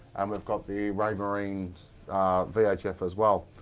um we've got the raymarines vhf as well,